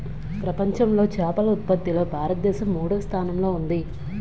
ప్రపంచంలో చేపల ఉత్పత్తిలో భారతదేశం మూడవ స్థానంలో ఉంది